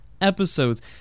episodes